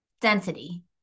density